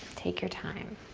take your time.